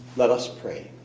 let us pray.